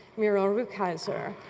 muriel rukeyser,